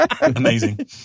Amazing